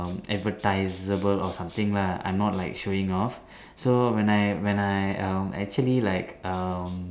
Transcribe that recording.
advertiseable or something lah I'm not like showing off so when I when I um actually like um